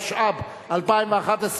התשע"ב 2011,